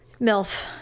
MILF